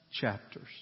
chapters